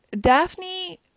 Daphne